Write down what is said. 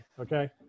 Okay